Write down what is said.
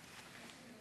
שתיים.